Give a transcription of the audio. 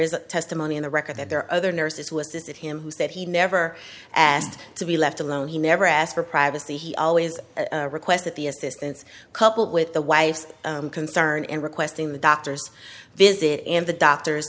is testimony in the record that there are other nurses who assisted him who said he never asked to be left alone he never asked for privacy he always requests that the assistance coupled with the wife's concern and requesting the doctor's visit and the doctor